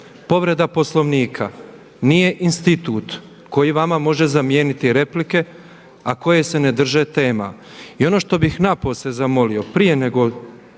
povreda Poslovnika nije institut koji vama može zamijeniti replike a koje se ne drže tema. I ono što bih napose zamolio prije nego